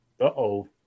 Uh-oh